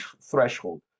threshold